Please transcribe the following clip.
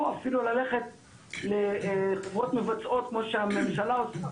אפילו ללכת לחברות מבצעות כמו שהממשלה עושה.